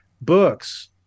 books